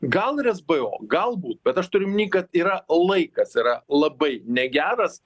gal ir esbo galbūt bet aš turiu omeny kad yra laikas yra labai negeras